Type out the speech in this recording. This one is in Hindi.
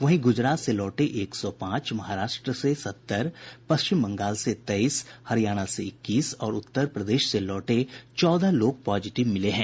वहीं गुजरात से लौटे एक सौ पांच महाराष्ट्र से सतहत्तर पश्चिम बंगाल से तेईस हरियाणा से इक्कीस और उत्तर प्रदेश से लौटे चौदह लोग पॉजिटिव मिले हैं